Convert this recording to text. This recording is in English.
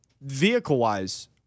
Vehicle-wise